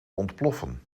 ontploffen